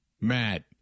Matt